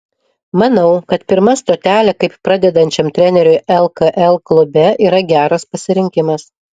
manau kad pirma stotelė kaip pradedančiam treneriui lkl klube yra geras pasirinkimas